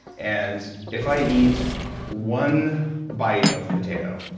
and if i eat one bite of potato,